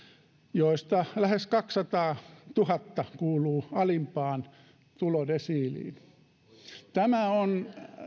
joista lähes kaksisataatuhatta kuuluu alimpaan tulodesiiliin tämä on